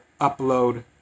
upload